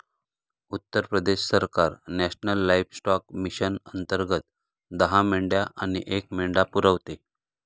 उत्तर प्रदेश सरकार national livestock mission अंतर्गत दहा मेंढ्या आणि एक मेंढा पुरवते